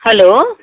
hello